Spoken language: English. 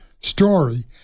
story